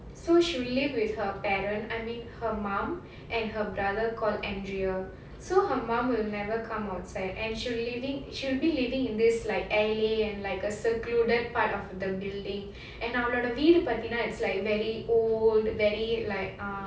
so she'll live with her parent I mean her mom and her brother called andrea so her mum will never come outside and she'll living she'll be living in this like alley and like a secluded part of the building and அவனோட வீடு பார்த்தினா:avanoda veedu paartheenaa it's like very old very like err